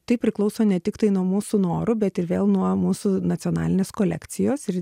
tai priklauso ne tiktai nuo mūsų norų bet ir vėl nuo mūsų nacionalinės kolekcijos ir